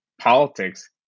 politics